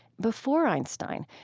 before einstein,